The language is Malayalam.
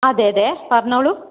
അതെ അതെ പറഞ്ഞോളൂ